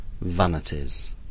Vanities